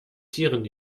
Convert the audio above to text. tieren